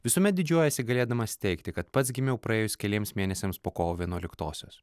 visuomet didžiuojuosi galėdamas teigti kad pats gimiau praėjus keliems mėnesiams po kovo vienuoliktosios